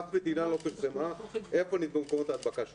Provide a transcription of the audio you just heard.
אף מדינה לא פרסמה את מקורות ההדבקה שלה.